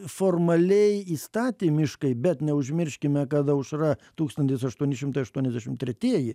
formaliai įstatymiškai bet neužmirškime kad aušra tūkstantis aštuoni šimtai aštuoniasdešim tretieji